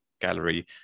gallery